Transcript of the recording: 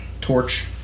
torch